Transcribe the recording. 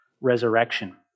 resurrection